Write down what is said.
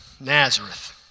Nazareth